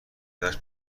ازش